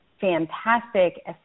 fantastic